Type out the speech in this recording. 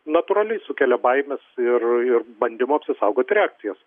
natūraliai sukelia baimes ir ir bandymo apsisaugoti reakcijas